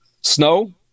Snow